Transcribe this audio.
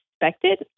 expected